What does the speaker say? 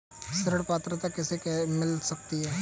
ऋण पात्रता किसे किसे मिल सकती है?